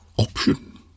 option